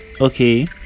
okay